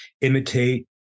imitate